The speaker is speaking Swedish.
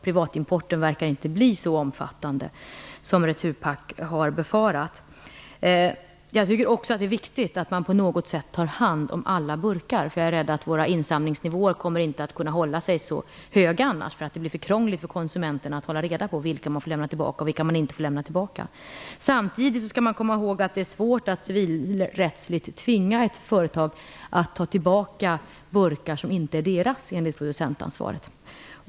Privatimporten verkar inte bli så omfattande som Returpack befarat. Jag tycker också att det är viktigt att alla burkar på något sätt tas om hand. Men jag är rädd att våra insamlingsnivåer inte kommer att kunna hållas så höga och att det blir för krångligt för konsumenterna att hålla reda på vad som får lämnas tillbaka och vad som inte får lämnas tillbaka. Men samtidigt är det svårt att civilrättsligt tvinga ett företag att ta tillbaka burkar som inte är företagets enligt producentansvaret.